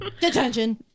Detention